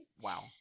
Wow